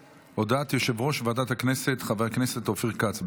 הודעת יושב-ראש ועדת הכנסת חבר הכנסת אופיר כץ,